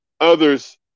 others